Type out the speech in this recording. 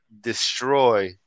destroy